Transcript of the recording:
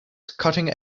cutting